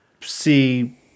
see